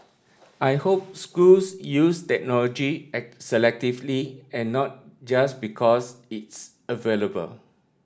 I hope schools use technology selectively and not just because it's available